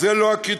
הם לא הקריטריון,